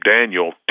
Daniel